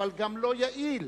אבל גם לא יעיל.